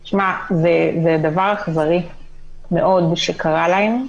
שמע, זה דבר אכזרי מאוד שקרה להם,